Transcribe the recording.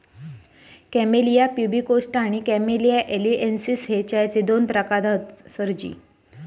camellia pubicosta आणि Camellia taliensis हे चायचे दोन प्रकार हत सरजी